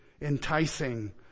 enticing